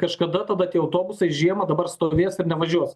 kažkada tada tie autobusai žiemą dabar stovės ir nevažiuos